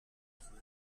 flew